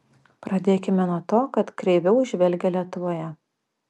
pradėkime nuo to kad kreiviau žvelgia lietuvoje